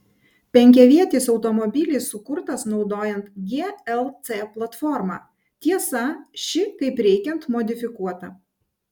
penkiavietis automobilis sukurtas naudojant glc platformą tiesa ši kaip reikiant modifikuota